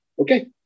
Okay